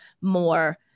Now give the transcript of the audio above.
more